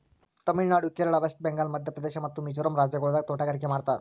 Tamil Nadu, Kerala, West Bengal, Madhya Pradesh ಮತ್ತ ಮಿಜೋರಂ ರಾಜ್ಯಗೊಳ್ದಾಗ್ ತೋಟಗಾರಿಕೆ ಮಾಡ್ತಾರ್